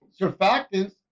Surfactants